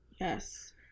Yes